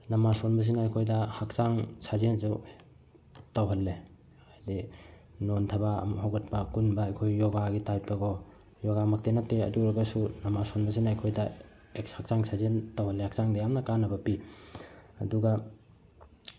ꯅꯃꯥ ꯁꯣꯟꯕꯁꯤꯅ ꯑꯩꯈꯣꯏꯗ ꯍꯛꯆꯥꯡ ꯁꯥꯖꯦꯟꯁꯨ ꯇꯧꯍꯜꯂꯦ ꯑꯗꯒꯤ ꯅꯣꯟꯊꯕ ꯑꯃꯨꯛ ꯍꯧꯒꯠꯄ ꯀꯨꯟꯕ ꯑꯩꯈꯣꯏ ꯌꯣꯒꯥꯒꯤ ꯇꯥꯏꯞꯇꯀꯣ ꯌꯣꯒꯥ ꯃꯛꯇꯤ ꯅꯠꯇꯦ ꯑꯗꯨ ꯑꯣꯏꯔꯒꯁꯨ ꯅꯃꯥ ꯁꯣꯟꯕꯁꯤꯅ ꯑꯩꯈꯣꯏꯗ ꯍꯛꯆꯥꯡ ꯁꯥꯖꯦꯟ ꯇꯧꯍꯜꯂꯦ ꯍꯛꯆꯥꯡꯗ ꯌꯥꯝꯅ ꯀꯥꯟꯅꯕ ꯄꯤ ꯑꯗꯨꯒ